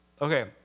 Okay